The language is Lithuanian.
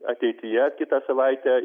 ateityje kitą savaitę